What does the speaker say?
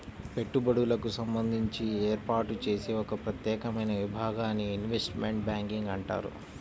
పెట్టుబడులకు సంబంధించి ఏర్పాటు చేసే ఒక ప్రత్యేకమైన విభాగాన్ని ఇన్వెస్ట్మెంట్ బ్యాంకింగ్ అంటారు